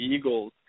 Eagles